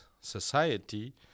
society